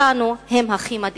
אותנו הם הכי מדאיגים.